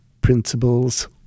principles